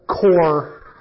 core